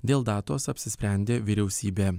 dėl datos apsisprendė vyriausybė